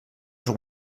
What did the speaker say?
els